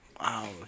Wow